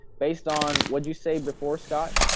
based on. what you say before scott?